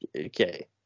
okay